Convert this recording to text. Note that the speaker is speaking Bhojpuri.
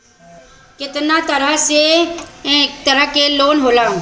केतना तरह के लोन होला?